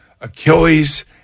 Achilles